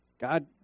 God